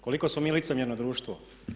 Koliko smo mi licemjerno društvo?